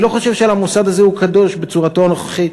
אני לא חושב שהמוסד הזה קדוש בצורתו הנוכחית.